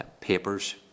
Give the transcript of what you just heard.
papers